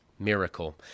Miracle